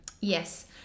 Yes